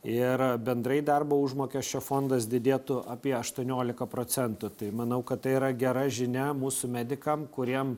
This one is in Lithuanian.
ir bendrai darbo užmokesčio fondas didėtų apie aštuoniolika procentų tai manau kad tai yra gera žinia mūsų medikam kuriem